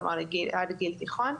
כלומר עד גיל תיכון,